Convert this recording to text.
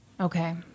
Okay